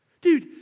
Dude